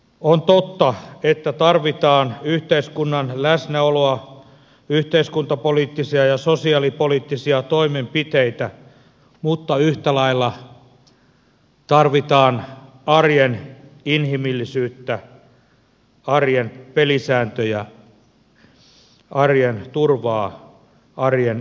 on totta että tarvitaan yhteiskunnan läsnäoloa yhteiskuntapoliittisia ja sosiaalipoliittisia toimenpiteitä mutta yhtä lailla tarvitaan arjen inhimillisyyttä arjen pelisääntöjä arjen turvaa arjen yhteistä hyvää